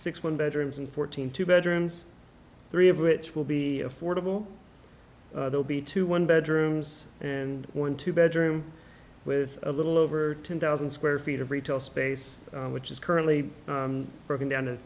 six one bedrooms and fourteen two bedrooms three of which will be affordable will be two one bedrooms and one two bedroom with a little over ten thousand square feet of retail space which is currently broken down